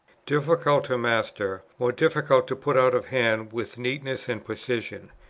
difficult to master, more difficult to put out of hand with neatness and precision.